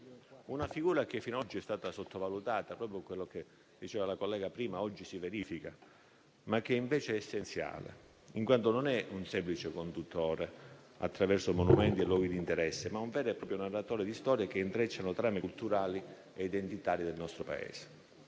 una figura fino ad oggi sottovalutata, come diceva la collega prima, ma che invece è essenziale in quanto non è un semplice conduttore attraverso monumenti e luoghi di interesse, ma un vero e proprio narratore di storie che intrecciano trame culturali e identitarie del nostro Paese.